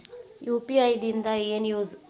UPI ದಿಂದ ಏನು use?